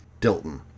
Dilton